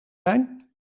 zijn